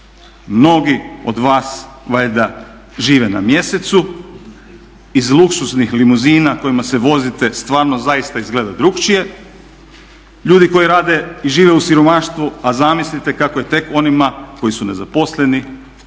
Mnogi od vas valjda žive na mjesecu iz luksuznih limuzina kojima se vozite stvarno zaista izgleda drukčije. Ljudi koji rade i žive u siromaštvu, a zamislite kako je tek onima koji su nezaposleni